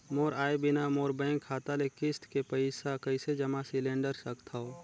मोर आय बिना मोर बैंक खाता ले किस्त के पईसा कइसे जमा सिलेंडर सकथव?